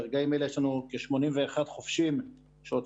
ברגעים אלה יש לנו כ-81 חובשים שהוצאנו